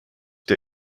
der